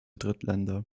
drittländer